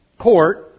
court